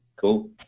cool